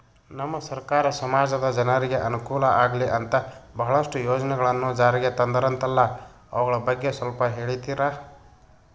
ನಮ್ಮ ಸರ್ಕಾರ ಸಮಾಜದ ಜನರಿಗೆ ಅನುಕೂಲ ಆಗ್ಲಿ ಅಂತ ಬಹಳಷ್ಟು ಯೋಜನೆಗಳನ್ನು ಜಾರಿಗೆ ತಂದರಂತಲ್ಲ ಅವುಗಳ ಬಗ್ಗೆ ಸ್ವಲ್ಪ ಹೇಳಿತೀರಾ?